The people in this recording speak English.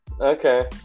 Okay